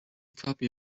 copy